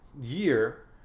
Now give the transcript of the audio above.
year